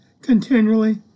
continually